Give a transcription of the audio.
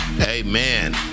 Amen